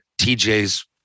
TJ's